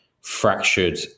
fractured